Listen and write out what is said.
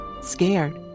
Scared